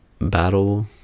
Battle